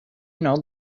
know